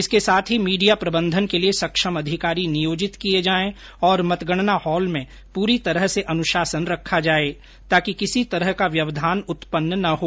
इसके साथ ही मीडिया प्रबंधन के लिए सक्षम अधिकारी नियोजित किए जाएं और मतगणना हॉल में पूरी तरह से अनुशासन रखा जाए ताकि किसी तरह का व्यवधान उत्पन्न नहीं हो